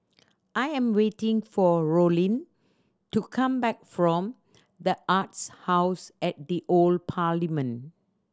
I am waiting for Rollin to come back from The Arts House at the Old Parliament